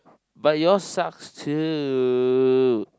but yours suck too